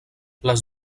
les